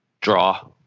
Draw